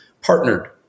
partnered